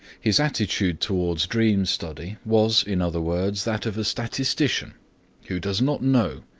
his attitude toward dream study was, in other words, that of a statistician who does not know,